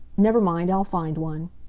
never mind i'll find one.